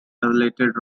elevated